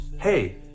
Hey